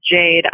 Jade